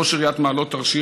ראש עיריית מעלות-תרשיחא,